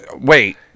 Wait